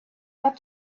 not